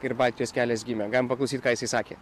ir baltijos kelias gimė galim paklausyt ką jisai sakė